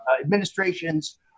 administrations